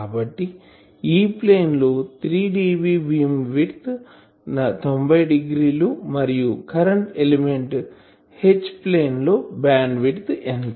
కాబట్టి E plane లో 3dBబీమ్ విడ్త్ 90 డిగ్రీలు మరియు కరెంటు ఎలిమెంట్ H ప్లేన్ లో బ్యాండ్ విడ్త్ ఎంత